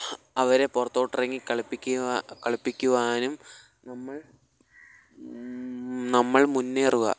അവരെ പുറത്തോട്ടിറങ്ങി കളിപ്പിക്കുക കളിപ്പിക്കുവാനും നമ്മൾ നമ്മൾ മുന്നേറുക